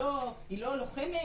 שהיא לא לוחמת,